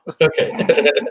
Okay